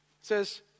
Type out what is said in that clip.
says